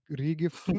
re-gift